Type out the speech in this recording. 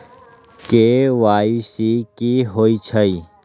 KYC कि होई छई?